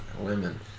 Women